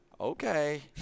Okay